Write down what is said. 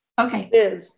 Okay